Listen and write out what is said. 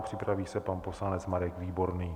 Připraví se pan poslanec Marek Výborný.